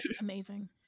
amazing